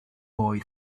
boy